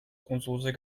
კუნძულზე